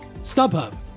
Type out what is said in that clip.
StubHub